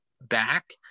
back